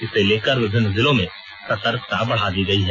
इसे लेकर विभिन्न जिलों में सतर्कता बढ़ा दी गयी है